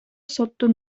соттун